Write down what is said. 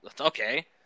okay